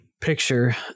picture